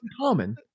common